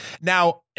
Now